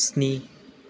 स्नि